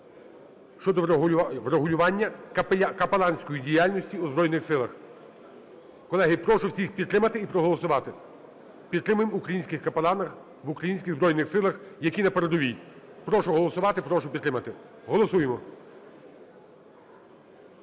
щодо врегулювання капеланської діяльності у Збройних Силах. Колеги, прошу всіх підтримати і проголосувати. Підтримаємо українських капеланів в українських Збройних Силах, які на передовій. Прошу голосувати! Прошу підтримати! Голосуємо!